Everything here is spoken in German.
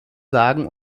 sagen